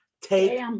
take